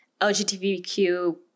LGBTQ